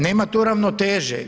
Nema tu ravnoteže.